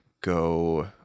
go